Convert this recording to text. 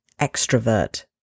extrovert